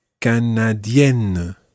Canadienne